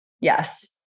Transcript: yes